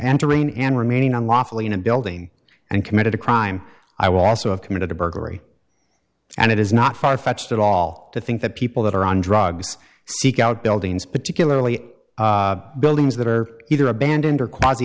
entering and remaining unlawfully in a building and committed a crime i will also have committed a burglary and it is not far fetched at all to think that people that are on drugs seek out buildings particularly buildings that are either abandoned or qua